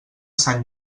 sant